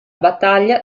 battaglia